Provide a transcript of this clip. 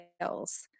sales